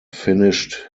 finished